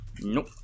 Nope